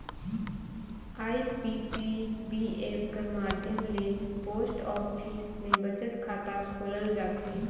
IPPB app कर माध्यम ले पोस्ट ऑफिस में बचत खाता खोलल जाथे